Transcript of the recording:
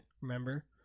Remember